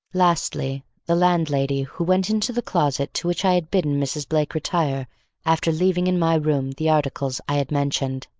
lastly, the landlady who went into the closet to which i had bidden mrs. blake retire after leaving in my room the articles i had mentioned.